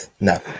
No